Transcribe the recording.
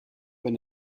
wenn